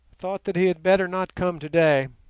thought that he had better not come today